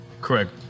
correct